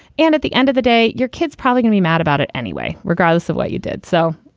and at the end of the day, your kids probably can be mad about it anyway, regardless of what you did so,